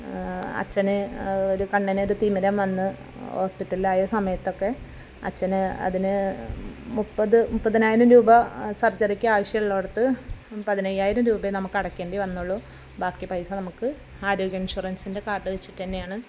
അച്ഛന് ഒരു കണ്ണിനോര് തിമിരം വന്ന് ഹോസ്പിറ്റലിൽ ആയ സമയത്തൊക്കെ അച്ഛന് അതിന് മുപ്പത് മുപ്പതിനായിരം രൂപ സർജറിക്ക് ആവശ്യുള്ളോടത്ത് പതിനയ്യായിരം രൂപേ നമുക്ക് അടക്കേണ്ടി വന്നുള്ളൂ ബാക്കി പൈസ നമുക്ക് ആരോഗ്യ ഇൻഷുറൻസിൻ്റെ കാർഡ് വെച്ചിട്ടന്നെയാണ്